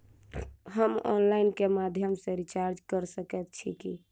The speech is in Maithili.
हम ऑनलाइन केँ माध्यम सँ रिचार्ज कऽ सकैत छी की?